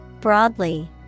Broadly